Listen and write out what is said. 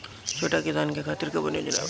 छोटा किसान के खातिर कवन योजना बा?